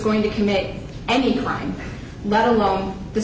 going to commit any crime let alone the